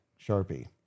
Sharpie